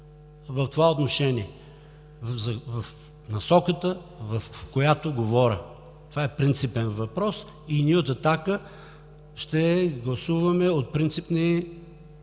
в това отношение – в насоката, в която говоря. Това е принципен въпрос и ние от „Атака“ ще гласуваме от принципни